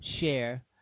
share